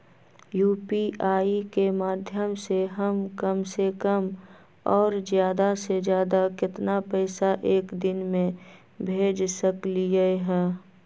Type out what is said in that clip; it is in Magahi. यू.पी.आई के माध्यम से हम कम से कम और ज्यादा से ज्यादा केतना पैसा एक दिन में भेज सकलियै ह?